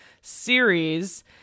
series